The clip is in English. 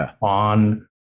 on